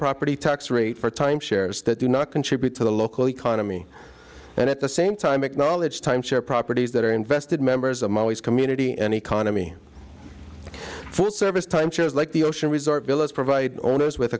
property tax rate for time shares that do not contribute to the local economy and at the same time acknowledge timeshare properties that are invested members i'm always community an economy for service time shows like the ocean resort villas provide owners with